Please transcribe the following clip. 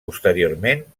posteriorment